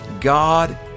God